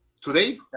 today